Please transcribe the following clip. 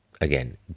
again